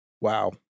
Wow